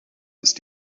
ist